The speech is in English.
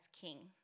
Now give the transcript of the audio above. King